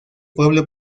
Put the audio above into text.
pueblo